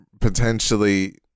potentially